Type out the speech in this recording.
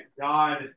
God